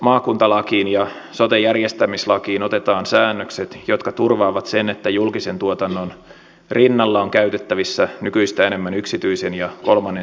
maakuntalakiin ja sote järjestämislakiin otetaan säännökset jotka turvaavat sen että julkisen tuotannon rinnalla on käytettävissä nykyistä enemmän yksityisen ja kolmannen sektorin tuotantoa